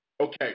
okay